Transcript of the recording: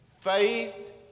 faith